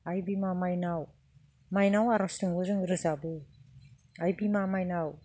आइ बिमा माइनाव माइनाव आर'जजोंबो जों रोजाबो आइ बिमा माइनाव